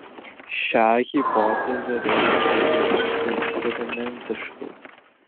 šią hipotezę reikia patikrinti eksperimentiškai